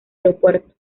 aeropuerto